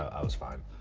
i was fine.